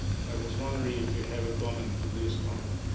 i was wondering if you have a comment to this comment.